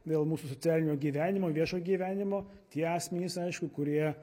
dėl mūsų socialinio gyvenimo viešo gyvenimo tie asmenys aišku kurie